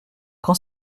quand